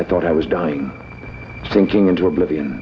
i thought i was dying sinking into oblivion